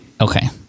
Okay